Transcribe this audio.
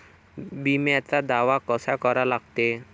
बिम्याचा दावा कसा करा लागते?